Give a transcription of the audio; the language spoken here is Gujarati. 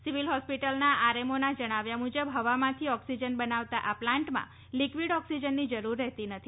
સિવિલ હોસ્પિટલના આરએમઓના જણાવ્યા મુજબ હવામાંથી ઓક્સિજન બનાવતા આ પ્લાન્ટમાં લીકવીડ ઓક્સિજનની જરૂર રહેતી નથી